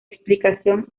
explicación